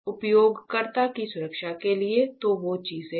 उपयोगकर्ता की सुरक्षा के लिए तो वे चीजें हैं